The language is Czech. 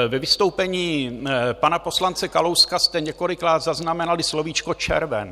Ve vystoupení pana poslance Kalouska jste několikrát zaznamenali slovíčko červen.